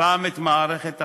פעם את מערכת החינוך,